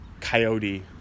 coyote